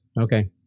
okay